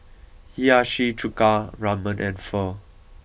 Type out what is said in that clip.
Hiyashi Chuka Ramen and Pho